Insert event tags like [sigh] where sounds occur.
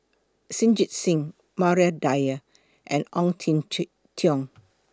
Jita Singh Maria Dyer and Ong Jin [unintelligible] Teong